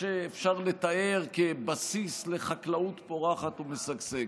שאפשר לתאר כבסיס לחקלאות פורחת ומשגשגת.